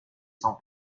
sans